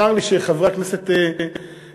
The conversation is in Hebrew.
צר לי שחברי הכנסת החרדים,